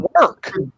work